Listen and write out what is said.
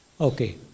okay